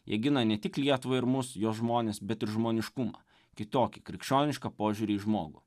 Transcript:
jie gina ne tik lietuvą ir mus jos žmones bet ir žmoniškumą kitokį krikščionišką požiūrį į žmogų